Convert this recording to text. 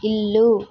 ఇల్లు